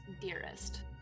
Dearest